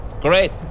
Great